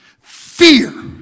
Fear